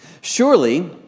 Surely